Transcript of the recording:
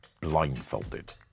blindfolded